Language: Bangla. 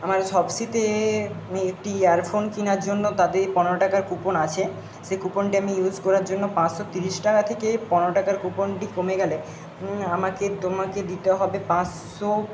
আমার শপসিতে আমি একটি ইয়ারফোন কেনার জন্য তাদের পনেরো টাকার কুপন আছে সে কুপনটা আমি ইউস করার জন্য পাঁচশো তিরিশ টাকা থেকে পনেরো টাকার কুপনটি কমে গেলে আমাকে তোমাকে দিতে হবে পাঁচশো